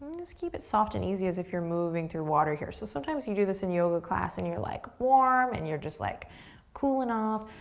just keep it soft and easy as if you're moving through water here. so sometimes you do this in yoga class, and you're like warm, and you're just like coolin' off,